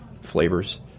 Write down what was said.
flavors